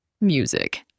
Music